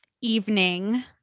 evening